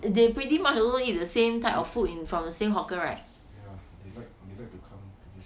they pretty much also eat the same type of food in from the same hawker right